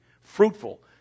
fruitful